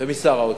ושר האוצר,